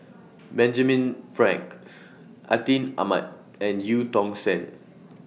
Benjamin Frank Atin Amat and EU Tong Sen